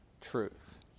truth